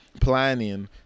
planning